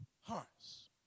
hearts